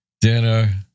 dinner